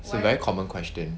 it's a very common question